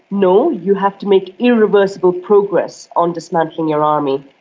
no, you have to make irreversible progress on dismantling your army.